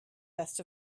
best